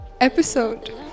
episode